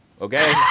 Okay